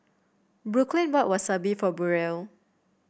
Brooklynn bought Wasabi for Burrel